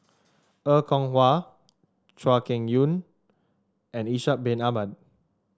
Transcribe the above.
Er Kwong Wah Chuan Keng and Ishak Bin Ahmad